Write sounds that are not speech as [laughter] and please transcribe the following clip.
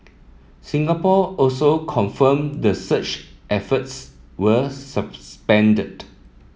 Singapore also confirmed the search efforts were [unintelligible]